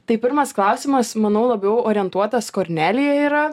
tai pirmas klausimas manau labiau orientuotas kornelija yra